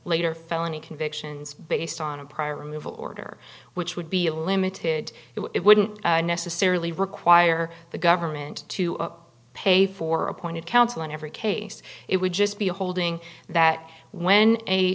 later felony convictions based on a prior removal order which would be a limited it wouldn't necessarily require the government to pay for appointed counsel in every case it would just be a holding that when a